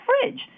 fridge